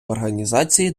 організації